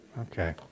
Okay